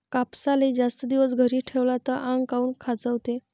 कापसाले जास्त दिवस घरी ठेवला त आंग काऊन खाजवते?